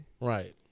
Right